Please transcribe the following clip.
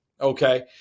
okay